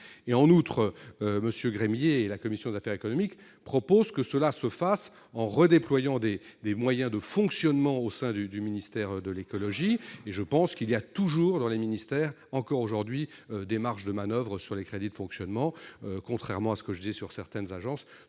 propose, au nom de la commission des affaires économiques, de le faire en redéployant des moyens de fonctionnement au sein du ministère de l'écologie. Je pense qu'il y a toujours dans les ministères, et encore aujourd'hui, des marges de manoeuvre en termes de crédits de fonctionnement, contrairement à ce que je disais sur certaines agences.